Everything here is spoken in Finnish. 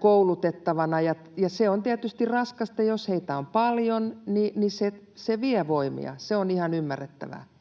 koulutettavana. Se on tietysti raskasta, jos heitä on paljon. Se vie voimia, ja se on ihan ymmärrettävää.